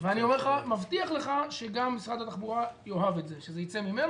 מבטיח לך שגם משרד התחבורה יאהב את זה,